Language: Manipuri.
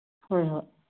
ꯍꯣꯏ ꯍꯣꯏ